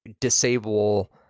disable